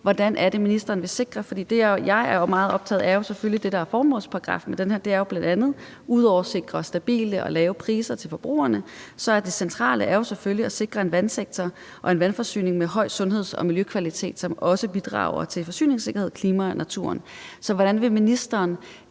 hvordan ministeren vil sikre det. For jeg er jo selvfølgelig meget optaget af formålsparagraffen, og ud over at sikre stabile og lave priser til forbrugerne er det centrale selvfølgelig at sikre en vandsektor og en vandforsyning med høj sundheds- og miljøkvalitet, som også bidrager til forsyningssikkerheden og til at beskytte klimaet og naturen. Så hvordan vil ministeren